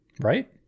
right